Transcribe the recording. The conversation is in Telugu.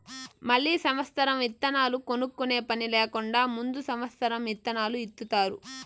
మళ్ళీ సమత్సరం ఇత్తనాలు కొనుక్కునే పని లేకుండా ముందు సమత్సరం ఇత్తనాలు ఇత్తుతారు